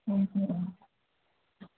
હમ